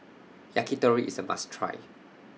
Yakitori IS A must Try